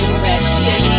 precious